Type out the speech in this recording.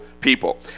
people